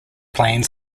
playing